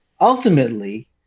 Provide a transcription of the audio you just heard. ultimately